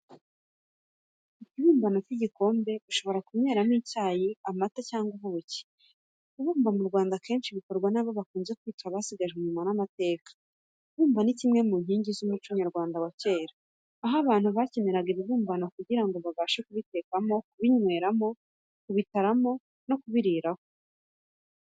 Ikibumbano cy'igikombe ushobora kunyweramo icyayi, amata cyangwa ubuki, kubumba mu Rwanda akenshi bikorwa nabo bakunze kwita abasigaje inyuma n'amateka, kubumba ni kimwe mu nkingi z'umuco nyarwanda wa kera aho abantu bakeneraga ibibumbano kugira babashe kubitekamo, kubinyweramo, kubitaramo no kubiriraho.